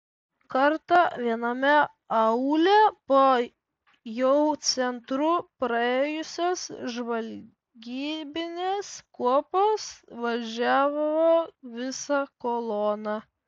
kartą viename aūle po jau centru praėjusios žvalgybinės kuopos važiavo visa kolona